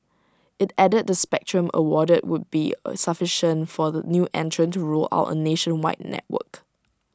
IT added the spectrum awarded would be sufficient for the new entrant to roll out A nationwide network